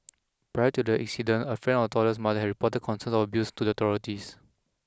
prior to the incident a friend of the Toddler's mother had reported concerns of abuse to the authorities